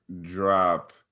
drop